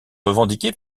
revendiqué